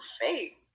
fake